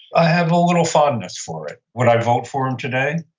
i have a little fondness for it. would i vote for him today?